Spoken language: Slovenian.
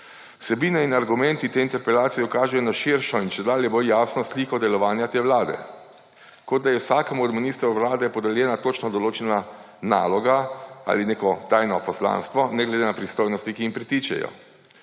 Vsebina in argumenti te interpelacije kažejo na širšo in čedalje bolj jasno sliko delovanja te vlade kot da je vsakemu od ministru vlade podeljena točno določena naloga ali neko tajno poslanstvo, ne glede na pristojnosti, ki jim pritičejo.